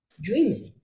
dreaming